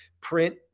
print